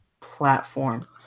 platform